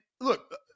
look